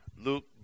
Luke